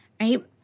right